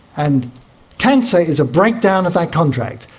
and cancer is a breakdown of that contract.